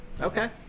Okay